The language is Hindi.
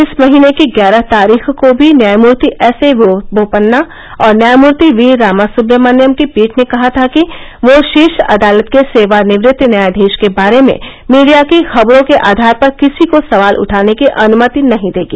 इस महीने की ग्यारह तारीख को भी न्यायमूर्ति एस ए बोपन्ना और न्यायमूर्ति वी रामासुब्रमण्यम की पीठ ने कहा था कि वह शीर्ष अदालत के सेवानिवृत न्यायाधीश के बारे में मीडिया की खबरों के आधार पर किसी को सवाल उठाने की अनुमति नहीं देगी